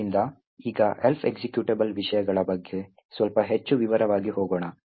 ಆದ್ದರಿಂದ ಈಗ Elf executable ವಿಷಯಗಳ ಬಗ್ಗೆ ಸ್ವಲ್ಪ ಹೆಚ್ಚು ವಿವರವಾಗಿ ಹೋಗೋಣ